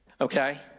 okay